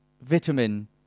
vitamin